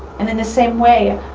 and in the same way,